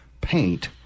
paint